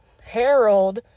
Harold